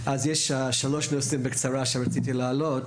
יש שלושה נושאים שרציתי להעלות בקצרה.